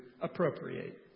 appropriate